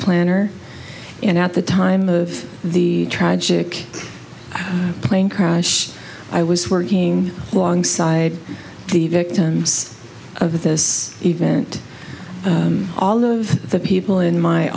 planner and at the time of the tragic plane crash i was working alongside the victims of this event all of the people in my